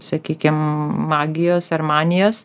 sakykim magijos ar manijos